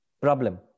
problem